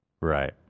Right